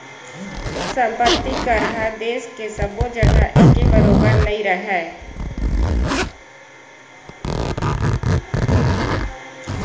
संपत्ति कर ह देस के सब्बो जघा एके बरोबर नइ राहय